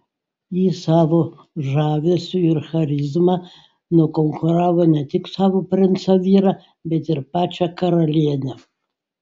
ji savo žavesiu ir charizma nukonkuravo ne tik savo princą vyrą bet ir pačią karalienę